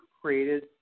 created